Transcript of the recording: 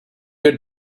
good